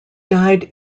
died